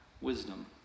wisdom